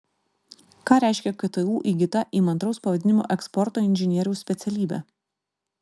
ką reiškia ktu įgyta įmantraus pavadinimo eksporto inžinieriaus specialybė